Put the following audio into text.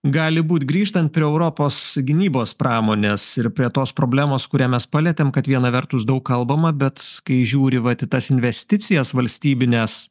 gali būt grįžtant prie europos gynybos pramonės ir prie tos problemos kurią mes palietėm kad viena vertus daug kalbama bet kai žiūri vat į tas investicijas valstybines